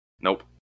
Nope